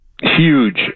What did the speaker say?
Huge